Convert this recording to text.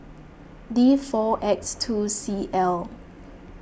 D four X two C L